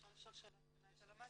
אפשר לשאול שאלה את הלמ"ס?